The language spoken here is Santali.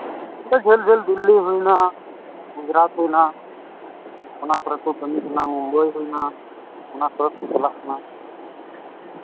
ᱱᱚᱛᱮ ᱡᱷᱟᱹᱞ ᱡᱷᱟᱹᱞ ᱫᱤᱞᱞᱤ ᱦᱩᱭᱱᱟ ᱜᱩᱡᱽᱨᱟᱴ ᱦᱩᱭᱱᱟ ᱚᱱᱟ ᱠᱚᱨᱮ ᱠᱚ ᱠᱟᱹᱢᱤ ᱠᱟᱱᱟ ᱢᱩᱢᱵᱟᱭ ᱦᱩᱭᱱᱟ ᱚᱱᱟ ᱠᱚᱨᱮᱜᱫ ᱠᱚ ᱪᱟᱞᱟᱜ ᱠᱟᱱᱟ